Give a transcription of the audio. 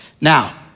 Now